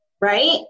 right